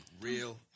real